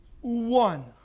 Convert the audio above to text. one